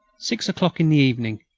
six o'clock in the evening.